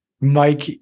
Mike